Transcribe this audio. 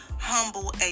humble